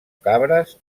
cabres